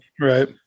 right